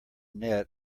net